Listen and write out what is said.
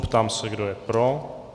Ptám se, kdo je pro.